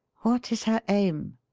what is her aim?